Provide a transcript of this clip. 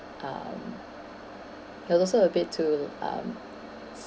um he was also a bit too um